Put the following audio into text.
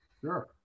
sure